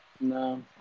no